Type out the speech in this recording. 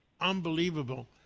Unbelievable